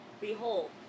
behold